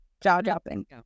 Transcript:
Jaw-dropping